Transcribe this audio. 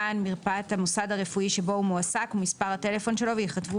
מען מרפאת המוסד הרפואי שבו הוא מועסק ומספר הטלפון שלו וייכתבו